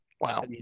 Wow